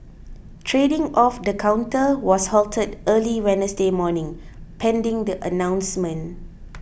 trading of the counter was halted early Wednesday morning pending the announcement